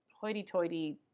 hoity-toity